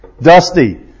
dusty